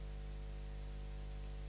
Hvala